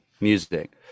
music